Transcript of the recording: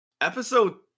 episode